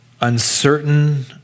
Uncertain